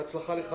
בהצלחה לך,